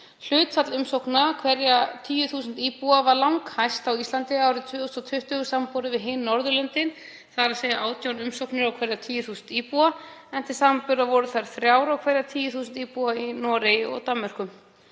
Hlutfall umsókna á hverja 10.000 íbúa var langhæst á Íslandi árið 2020 samanborið við hin Norðurlöndin, þ.e. 18 umsóknir á hverja 10.000 íbúa en til samanburðar voru þær þrjár á hverja 10.000 íbúa í Noregi og Danmörku.